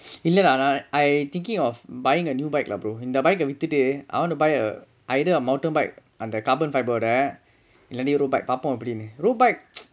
இல்ல:illa dah I thinking of buying a new bike lah brother இந்த:intha bike க விட்டுட்டு:ka veetuttu I want to buy a either a motorbike அந்த:antha carbon fibre ரொட இல்லாட்டி:roda illaatti road bike பாப்போ எப்டினு:paapo eppadinu road bike